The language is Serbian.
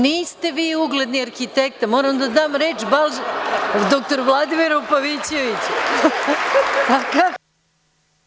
Niste vi ugledni arhitekta, moram da dam reč dr Vladimiru Pavićeviću.